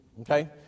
Okay